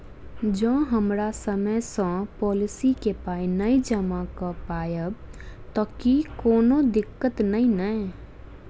जँ हम समय सअ पोलिसी केँ पाई नै जमा कऽ पायब तऽ की कोनो दिक्कत नै नै?